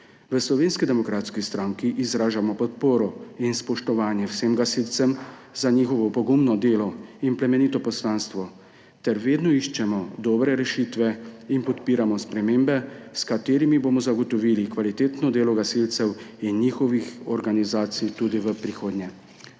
V Slovenski demokratski stranki izražamo podporo in spoštovanje vsem gasilcem za njihovo pogumno delo in plemenito poslanstvo ter vedno iščemo dobre rešitve in podpiramo spremembe, s katerimi bomo zagotovili kvalitetno delo gasilcev in njihovih organizacij tudi v prihodnje.